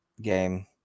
game